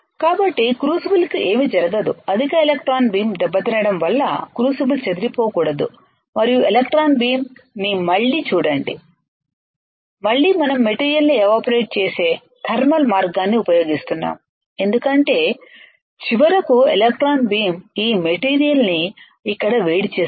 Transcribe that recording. కాబట్టి క్రూసిబుల్కు ఏమీ జరగదు అధిక ఎలక్ట్రాన్ బీమ్ దెబ్బతినడం వల్ల క్రూసిబుల్ చెదిరిపోకూడదు మరియు ఎలక్ట్రాన్ బీమ్ నిమళ్ళీ చూడండి సమయం 3652 చూడండి మళ్ళీ మనం మెటీరియల్ ని ఎవాపరేట్ చేసే థర్మల్ మార్గాన్ని ఉపయోగిస్తున్నాము ఎందుకంటే చివరకు ఎలక్ట్రాన్ బీమ్ ఈ మెటీరియల్ ని ఇక్కడ వేడి చేస్తుంది